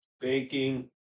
banking